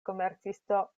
komercisto